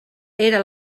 era